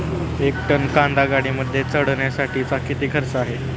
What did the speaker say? एक टन कांदा गाडीमध्ये चढवण्यासाठीचा किती खर्च आहे?